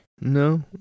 no